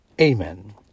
Amen